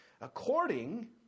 according